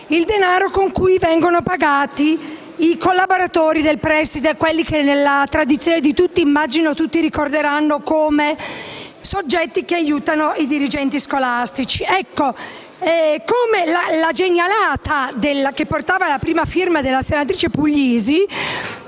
il denaro con cui vengono pagati i collaboratori del preside, quelli che nella tradizione immagino tutti ricorderanno come soggetti che aiutano i dirigenti scolastici. La genialata che portava la prima firma della senatrice Puglisi